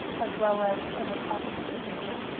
as well as the problem of addiction.